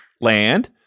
land